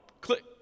Click